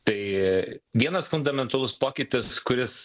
tai vienas fundamentalus pokytis kuris